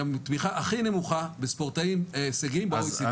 התמיכה הכי נמוכה בספורטאים הישגיים ב-OECD.